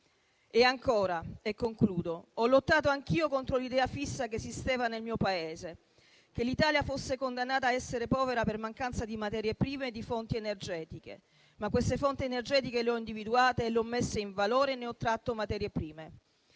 Ancora - e concludo - ho lottato anch'io contro l'idea fissa che esisteva nel mio Paese, che l'Italia fosse condannata a essere povera per mancanza di materie prime e di fonti energetiche. Ma queste fonti energetiche le ho individuate, le ho messe in valore e ne ho tratto materie prime.